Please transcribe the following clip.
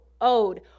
owed